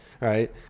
Right